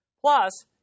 Plus